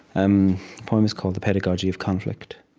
um poem is called the pedagogy of conflict.